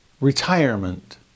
Retirement